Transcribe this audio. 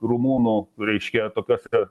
rumunų reiškia tokiuose